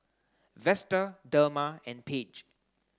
Vester Delma and Paige